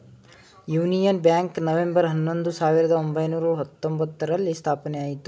union Bank November ಹನ್ನೊಂದು, ಸಾವಿರದ ಒಂಬೈನೂರ ಹತ್ತೊಂಬ್ತರಲ್ಲಿ ಸ್ಥಾಪನೆಯಾಯಿತು